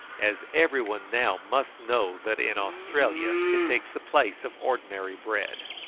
as every one now must know that in australia it takes the place of ordinary bread.